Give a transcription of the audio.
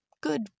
good